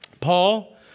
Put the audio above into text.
Paul